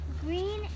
green